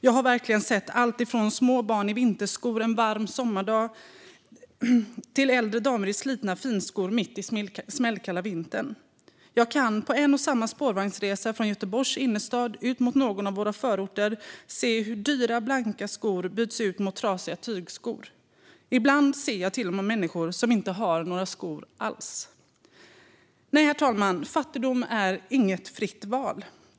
Jag har verkligen sett allt från små barn i vinterskor en varm sommardag till äldre damer i slitna finskor mitt i smällkalla vintern. Jag kan på en och samma spårvagnsresa från Göteborgs innerstad ut mot någon av våra förorter se hur dyra blanka skor byts ut mot trasiga tygskor. Ibland ser jag till och med människor som inte har några skor alls. Nej, herr talman, fattigdom är inget fritt val.